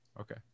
Okay